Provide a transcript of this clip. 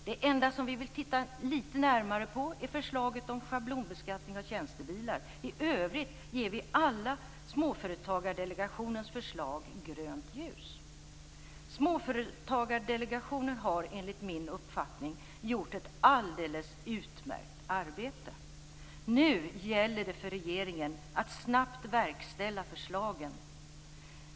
Det enda som vi vill titta litet närmare på är förslaget om schablonbeskattning av tjänstebilar. I övrigt ger vi alla Småföretagardelegationens förslag grönt ljus. Småföretagardelegationen har enligt min uppfattning gjort ett alldeles utmärkt arbete. Nu gäller det för regeringen att snabbt verkställa förslagen.